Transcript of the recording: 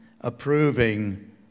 approving